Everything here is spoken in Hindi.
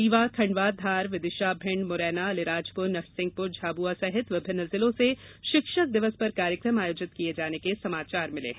रीवा खंडवा विदिशा भिंड मुरैना अलीराजपुर नरसिंहपुर झाबुआ सहित विभिन्न जिलों से शिक्षक दिवस पर कार्यक्रम आयोजित किये जाने के समाचार मिले हैं